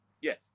yes